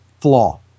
flaw